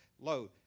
Load